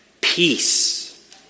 peace